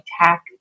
attack